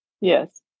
Yes